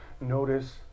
Notice